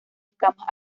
escamas